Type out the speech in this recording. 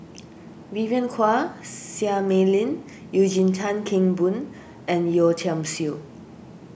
Vivien Quahe Seah Mei Lin Eugene Tan Kheng Boon and Yeo Tiam Siew